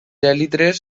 èlitres